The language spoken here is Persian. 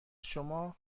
شما